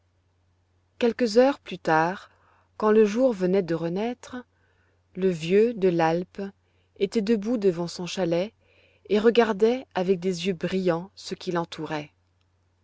quelques heures plus tard quand le jour venait de renaître le vieux de l'alpe était debout devant son chalet et regardait avec des yeux brillants ce qui l'entourait